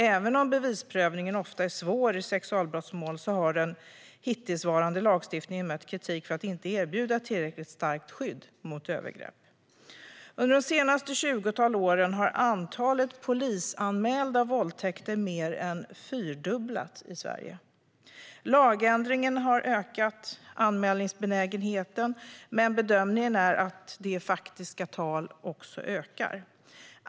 Även om bevisprövningen ofta är svår i sexualbrottsmål har den hittillsvarande lagstiftningen mött kritik för att inte erbjuda tillräckligt starkt skydd mot övergrepp. Under de senaste ca 20 åren har antalet polisanmälda våldtäkter mer än fyrdubblats i Sverige. Lagändringen har ökat anmälningsbenägenheten, men bedömningen är att brotten i faktiska tal också ökar.